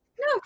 no